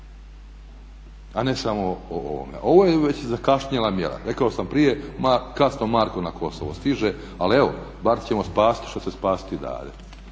a ne samo o ovome. Ovo je već zakašnjela mjera. Rekao sam prije ma kasno Marko na Kosovo stiže, al evo bar ćemo spasiti što se spasiti dade.